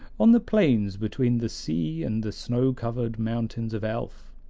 on the plains between the sea and the snow-covered mountains of elf.